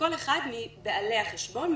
לכל אחד מבעלי החשבון,